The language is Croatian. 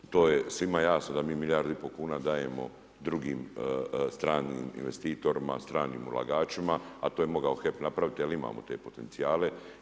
To je svima jasno da mi milijardu i pol kuna dajemo drugim stranim investitorima, stranim ulagačima a to je mogao HEP napraviti jer imamo te potencijale.